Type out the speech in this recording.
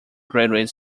graduate